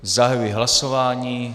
Zahajuji hlasování.